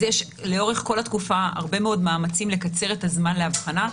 לאורך כל התקופה יש הרבה מאוד מאמצים לקצר את הזמן להבחנה.